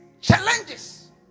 challenges